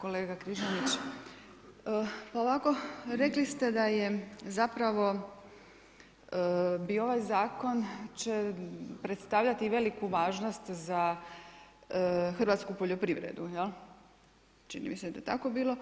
Kolega Križanić, pa ovako, rekli ste da zapravo ovaj zakon će predstavljati veliku važnost za hrvatsku poljoprivredu, jel', čini mi se da je tako bilo